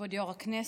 יו"ר הישיבה,